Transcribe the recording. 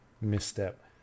misstep